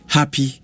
Happy